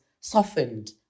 softened